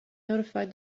notified